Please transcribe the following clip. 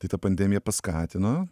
tai ta pandemija paskatino